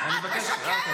את משקרת.